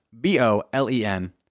B-O-L-E-N